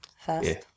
first